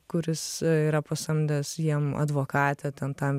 kuris yra pasamdęs jiem advokatę ten tam